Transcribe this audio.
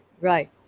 Right